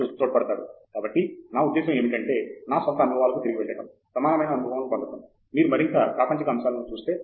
professor Andrew Thangaraj కాబట్టి నా ఉద్దేశ్యం ఏమిటంటే నా స్వంత అనుభవాలకు తిరిగి వెళ్లడం సమానమైన అనుభవాలను పొందటం మీరు మరింత ప్రాపంచిక అంశాలను చూస్తే